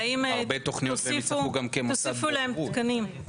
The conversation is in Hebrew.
האם תוסיפו להם תקנים?